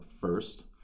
first